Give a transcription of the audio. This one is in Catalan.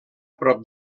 prop